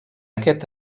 aquest